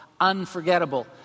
Unforgettable